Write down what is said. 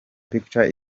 pictures